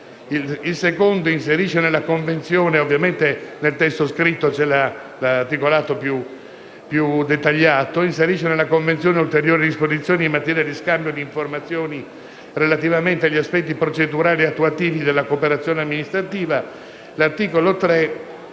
Il secondo inserisce nella Convenzione ulteriori disposizioni in materia di scambio di informazioni relativamente agli aspetti procedurali e attuativi della cooperazione amministrativa. L'articolo 3,